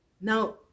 Now